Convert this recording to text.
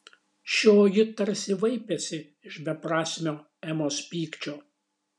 šioji tarsi vaipėsi iš beprasmio emos pykčio